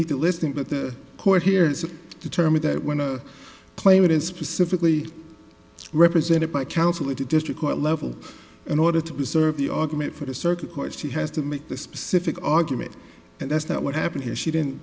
meet the listing but the court hears it determined that when a player wouldn't specifically represented by counsel at a district court level in order to preserve the argument for the circuit court she has to make the specific argument and that's that what happened here she didn't